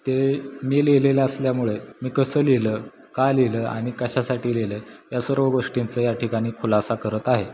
ते मी लिहिलेले असल्यामुळे मी कसं लिहिलं का लिहिलं आणि कशासाठी लिहिलं या सर्व गोष्टींचं या ठिकाणी खुलासा करत आहे